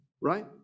right